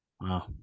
Wow